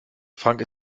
frank